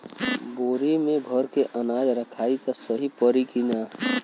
बोरी में भर के अनाज रखायी त सही परी की ना?